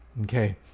Okay